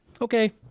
okay